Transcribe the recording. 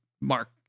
mark